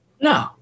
No